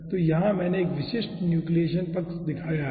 तो यहाँ मैंने एक विशिष्ट न्यूक्लिएशन पक्ष दिखाया है